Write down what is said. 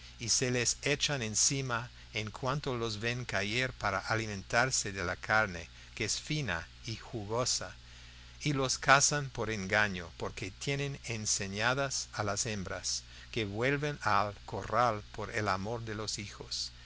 y se les echan encima en cuanto los ven caer para alimentarse de la carne que es fina y jugosa o los cazan por engaño porque tienen enseñadas a las hembras que vuelven al corral por el amor de los hijos